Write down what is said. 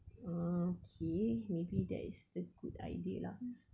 uh okay maybe that is the good idea lah